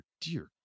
Dear